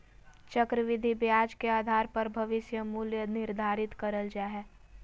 चक्रविधि ब्याज के आधार पर भविष्य मूल्य निर्धारित करल जा हय